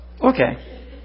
Okay